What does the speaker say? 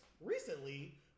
Recently